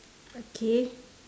okay